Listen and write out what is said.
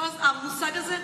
המושג הזה,